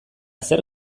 zer